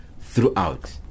throughout